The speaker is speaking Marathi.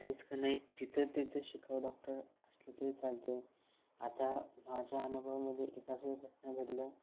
रीस्क नाही तिथं तिथं शिकाऊ डॉक्टर असलं तरी चालते आता माझ्या अनुभवामध्ये एक असं घटना घडलं